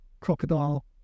crocodile